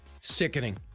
sickening